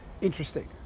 interesting